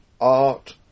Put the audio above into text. art